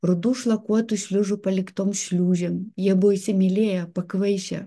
rudų šlakuotų šliužų paliktom šliūžėm jie buvo įsimylėję pakvaišę